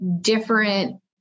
different